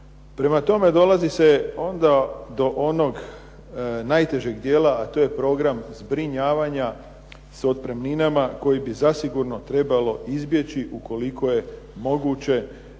Prema tome dolazi se onda do onog najtežeg dijela, a to je program zbrinjavanja s otpremninama koji bi zasigurno trebalo izbjeći ukoliko je moguće